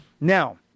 Now